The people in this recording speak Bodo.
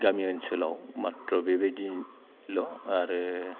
गामि ओनसोलाव माथ्र बेबायदिल' आरो